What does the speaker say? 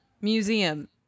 museum